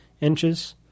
inches